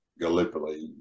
Gallipoli